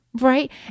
Right